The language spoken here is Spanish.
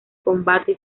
combate